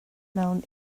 mewn